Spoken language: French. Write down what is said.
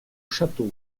château